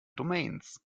domains